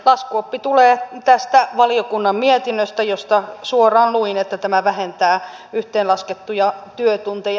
laskuoppi tulee tästä valiokunnan mietinnöstä josta suoraan luin että tämä vähentää yhteenlaskettuja työtunteja